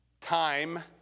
time